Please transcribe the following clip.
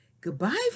Goodbye